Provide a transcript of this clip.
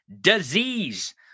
disease